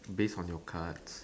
based on your cards